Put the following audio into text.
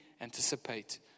anticipate